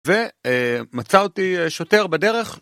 ומצא אותי שוטר בדרך